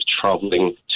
traveling